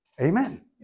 Amen